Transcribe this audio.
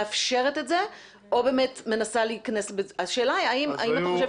מאפשרת את זה או באמת מנסה להיכנס ב השאלה האם אתה חושב